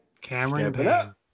Cameron